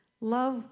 love